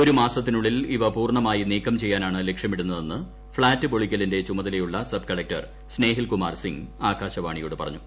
ഒരു മാസത്തിനുള്ളിൽ ഇവ പൂർണമായി നീക്കം ചെയ്യാനാണ് ലക്ഷ്യമിടുന്നതെന്ന് ഫ്ളാറ്റ് പൊളിക്കലിന്റെ ചുമതലയുള്ള സബ്കളക്ടർ സ്നേഹിൽകുമാർ സിങ്ങ് ആകാശവാണിയോട് പറഞ്ഞു